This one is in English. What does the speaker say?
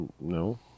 no